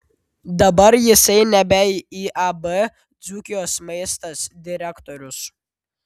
dabar jisai nebe iab dzūkijos maistas direktorius